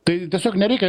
tai tiesiog nereikia